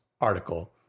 article